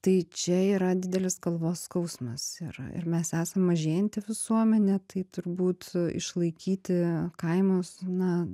tai čia yra didelis galvos skausmas ir ir mes esam mažėjanti visuomenė tai turbūt išlaikyti kaimus na